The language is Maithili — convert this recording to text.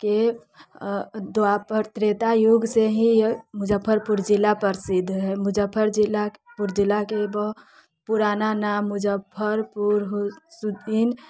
के अऽ द्वापर त्रेता युगसँ ही मुजफ्फरपुर जिला परसिद्ध हय मुजफ्फरपुर जिला पुर जिलाके बहुत पुराना नाम मुजफर पूर हो सुदीन